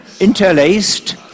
Interlaced